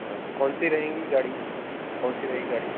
हाँ तो कौन सी रहेंगी गाड़ी कौन सी रहेगी गाड़ी